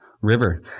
river